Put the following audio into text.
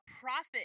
profit